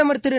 பிரதமர் திரு